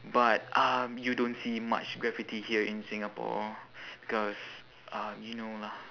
but um you don't see much graffiti here in singapore because um you know lah